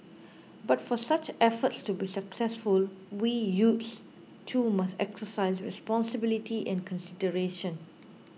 but for such efforts to be successful we youths too must exercise responsibility and consideration